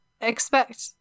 expect